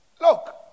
Look